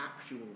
actual